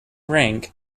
rank